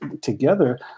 together